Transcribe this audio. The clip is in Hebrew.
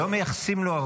לא מייחסים לו,